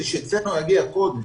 כדי שאצלנו יגיעו קודם.